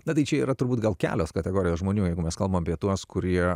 na tai čia yra turbūt gal kelios kategorijos žmonių jeigu mes kalbae apie tuos kurie